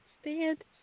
stand